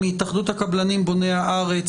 מהתאחדות הקבלים בוני הארץ,